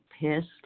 pissed